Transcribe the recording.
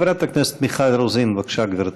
חברת הכנסת מיכל רוזין, בבקשה, גברתי.